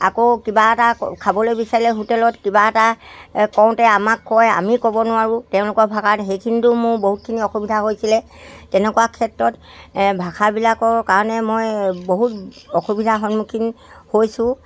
আকৌ কিবা এটা খাবলৈ বিচাৰিলে হোটেলত কিবা এটা কওঁতে আমাক কয় আমি ক'ব নোৱাৰোঁ তেওঁলোকৰ ভাষাত সেইখিনিতও মোৰ বহুতখিনি অসুবিধা হৈছিলে তেনেকুৱা ক্ষেত্ৰত ভাষাবিলাকৰ কাৰণে মই বহুত অসুবিধাৰ সন্মুখীন হৈছোঁ